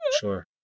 Sure